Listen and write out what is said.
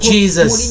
Jesus